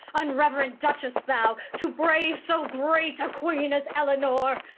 unreverent duchess thou, to brave so great a queen as eleanor.